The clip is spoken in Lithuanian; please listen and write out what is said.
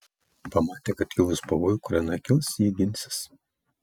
pamatė kad kilus pavojui ukraina kils ji ginsis